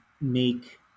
make